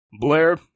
Blair